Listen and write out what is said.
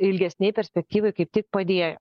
ilgesnėj perspektyvoj kaip tik padėjo